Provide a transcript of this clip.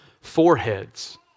foreheads